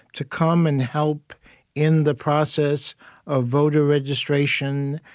to come and help in the process of voter registration,